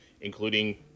including